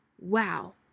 wow